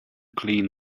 clean